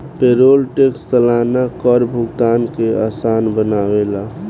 payroll tax सलाना कर भुगतान के आसान बनावेला